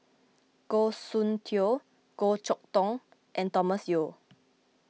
Goh Soon Tioe Goh Chok Tong and Thomas Yeo